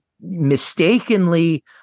mistakenly